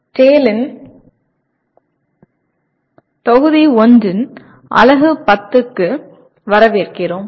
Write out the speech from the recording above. TALE இன் தொகுதி 1 இன் அலகு 10 க்கு வரவேற்கிறோம்